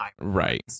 Right